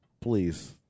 Please